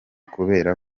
kubera